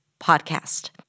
podcast